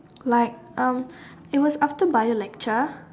like um it was after Bio lecture